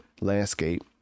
landscape